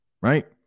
right